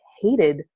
hated